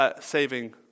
saving